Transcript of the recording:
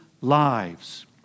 lives